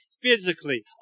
physically